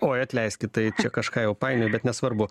oi atleiskit tai čia kažką jau paėmė bet nesvarbu